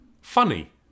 Funny